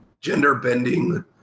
gender-bending